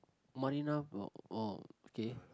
marina oh oh okay